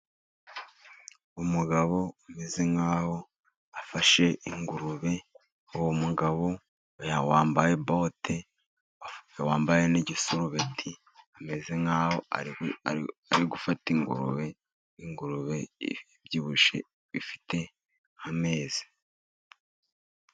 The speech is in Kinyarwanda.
Umugabo umeze nk'aho afashe ingurube. Uwo mugabo yambaye bote wambaye n'igisurubeti ameze nk'aho ari gufata ingurube, ingurube ibyibushye ifite amezi.